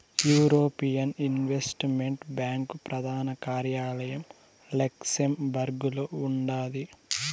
European investment bank ప్రదాన కార్యాలయం లక్సెంబర్గులో ఉండాది